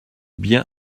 bien